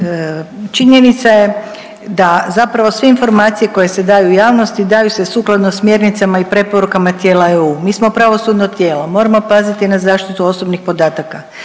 činjenica je da zapravo sve informacije koje se daju javnosti, daju se sukladno smjernicama i preporuka tijela EU. Mi smo pravosudno tijelo, moramo paziti na zaštitu osobnih podataka,